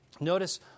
Notice